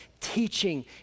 teaching